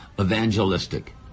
evangelistic